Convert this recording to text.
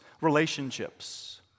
Relationships